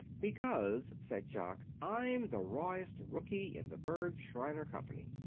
because, said jock, i'm the rawest rooky in the berg, shriner company.